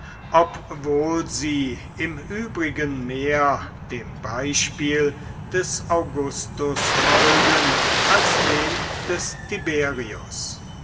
obwohl sie im übrigen mehr dem beispiel des augustus folgen als dem des tiberius